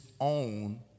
own